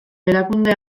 erakunde